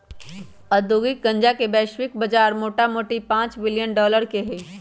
औद्योगिक गन्जा के वैश्विक बजार मोटामोटी पांच बिलियन डॉलर के हइ